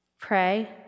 Pray